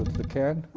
the can